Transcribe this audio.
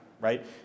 Right